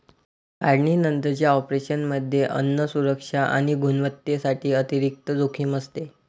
काढणीनंतरच्या ऑपरेशनमध्ये अन्न सुरक्षा आणि गुणवत्तेसाठी अतिरिक्त जोखीम असते